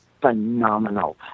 phenomenal